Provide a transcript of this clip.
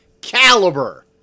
Caliber